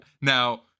now